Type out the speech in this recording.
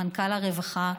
מנכ"ל הרווחה,